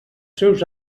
seus